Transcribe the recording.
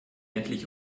endlich